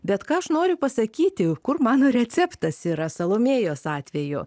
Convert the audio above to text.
bet ką aš noriu pasakyti kur mano receptas yra salomėjos atveju